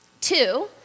Two